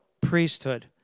priesthood